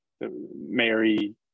Mary